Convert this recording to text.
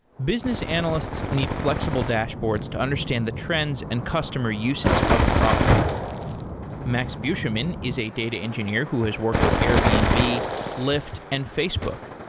business analysts need flexible dashboards to understand the trends and customer uses of a product max beauchemin is a data engineer who has worked at airbnb, and lyft and facebook.